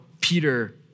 Peter